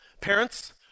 Parents